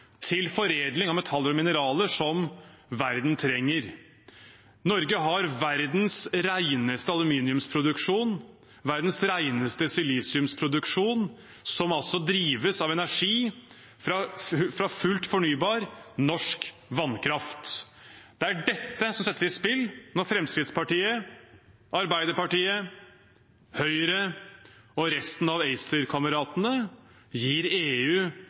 til foredling av metaller og mineraler som verden trenger. Norge har verdens reneste aluminiumsproduksjon og verdens reneste silisiumproduksjon, som drives av energi fra fullt fornybar norsk vannkraft. Det er dette som settes i spill når Fremskrittspartiet, Arbeiderpartiet, Høyre og resten av ACER-kameratene gir EU